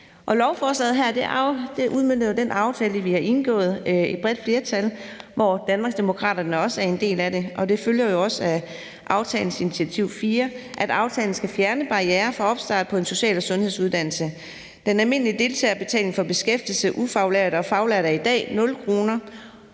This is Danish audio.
Lovforslaget her udmønter den aftale, et bredt flertal, som Danmarksdemokraterne også er en del af, har indgået. Det følger af aftalens initiativ fire, at aftalen skal fjerne barrierer for opstart på en social- og sundhedsuddannelse. Den almindelige deltagerbetaling for beskæftigede faglærte og ufaglærte er i dag 0 kr.